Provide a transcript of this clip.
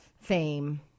fame